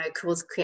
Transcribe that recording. cause